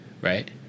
right